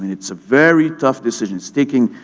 it's a very tough decision, it's taking,